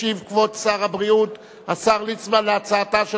ישיב כבוד שר הבריאות השר ליצמן על הצעתה של